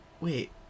wait